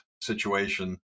situation